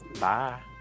Bye